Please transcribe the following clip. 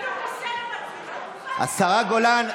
השרה גולן,